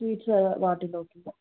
sweets వాటిలోకి